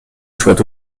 soit